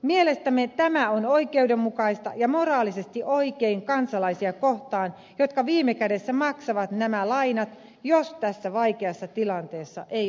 mielestämme tämä on oikeudenmukaista ja moraalisesti oikein kansalaisia kohtaan jotka viime kädessä maksavat nämä lainat jos tässä vaikeassa tilanteessa ei onnistuta